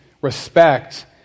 respect